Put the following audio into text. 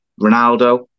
Ronaldo